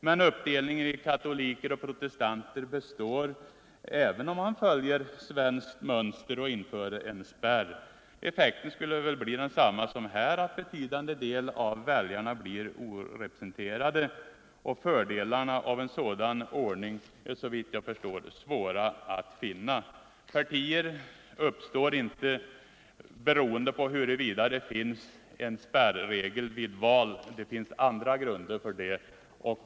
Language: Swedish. Men uppdelningen i katoliker och protestanter består även om man följer svenskt mönster och inför en spärr. Effekten skulle förmodligen bli densamma som här, nämligen att en betydande del av väljarna blir orepresenterade och fördelarna med en sådan ordning är såvitt jag kan förstå svåra att finna. Partier uppstår inte beroende på om det finns en spärregel vid val eller inte; det finns andra grunder.